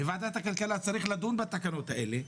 ובוועדת הכלכלה צריך לדון בתקנות האלה.